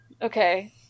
Okay